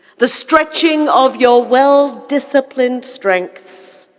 the stretching of your well disciplined strengths,